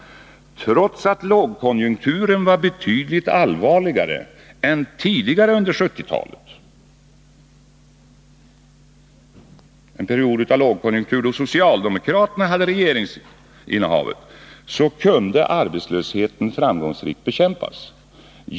Trots att lågkonjunkturen var betydligt allvarligare än tidigare under 1970-talet — en period av lågkonjunktur då socialdemokraterna hade regeringsinnehavet — kunde arbetslösheten framgångsrikt bekämpas.